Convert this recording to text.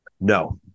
No